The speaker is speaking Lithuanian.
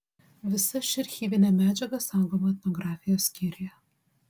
visa ši archyvinė medžiaga saugoma etnografijos skyriuje